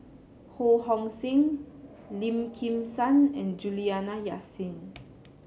Ho Hong Sing Lim Kim San and Juliana Yasin